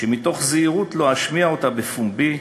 שמתוך זהירות לא אשמיע אותה בפומבי,